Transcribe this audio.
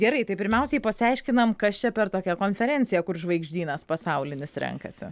gerai tai pirmiausiai pasiaiškinam kas čia per tokia konferencija kur žvaigždynas pasaulinis renkasi